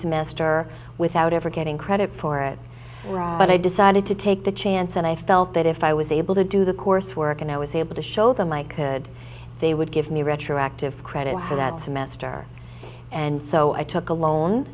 mester without ever getting credit for it but i decided to take the chance and i felt that if i was able to do the course work and i was able to show them i could they would give me retroactive credit for that semester and so i took a loan